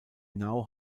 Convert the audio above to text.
now